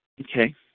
Okay